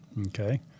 Okay